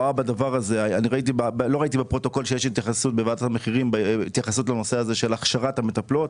לא ראיתי בפרוטוקול שיש התייחסות לנושא הזה של הכשרת המטפלות.